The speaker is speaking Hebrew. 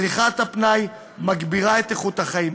צריכת הפנאי מגבירה את איכות החיים,